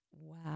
Wow